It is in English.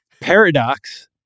Paradox